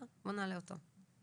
בואו נעלה אותו.